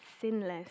sinless